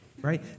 right